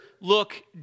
look